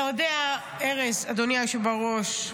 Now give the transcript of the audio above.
אתה יודע, ארז, אדוני היושב בראש,